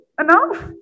enough